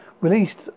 released